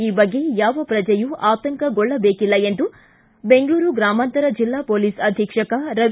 ಈ ಬಗ್ಗೆ ಯಾವ ಪ್ರಜೆಯೂ ಆತಂಕಗೊಳ್ಳಬೇಕಿಲ್ಲ ಎಂದು ಬೆಂಗಳೂರು ಗ್ರಾಮಾಂತರ ಜಿಲ್ಲಾ ಮೊಲೀಸ್ ಅಧೀಕ್ಷಕ ರವಿ